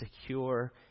secure